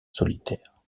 solitaire